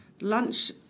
lunch